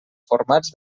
formats